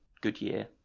Goodyear